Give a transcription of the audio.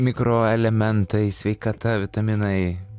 mikroelementai sveikata vitaminai